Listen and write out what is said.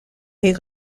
est